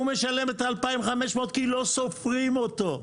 הוא משלם 2,500 כי לא סופרים אותו.